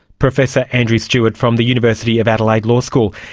professor andrew stewart from the university of adelaide law school.